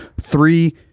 three